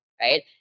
right